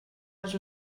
els